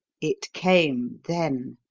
it came then!